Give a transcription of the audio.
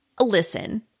Listen